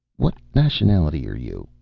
what nationality are you?